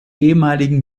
ehemaligen